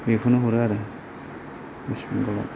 बेखोनो हरो आरो वेस्ट बेंगलआव